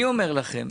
אני אומר לכם,